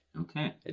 Okay